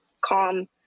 calm